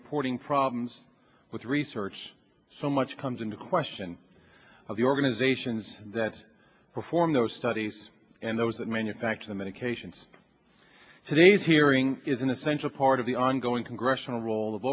reporting problems with research so much comes into question of the organizations that perform those studies and those that manufacture the medications today's hearing is an essential part of the ongoing congress role of